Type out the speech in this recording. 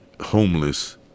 homeless